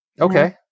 Okay